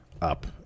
up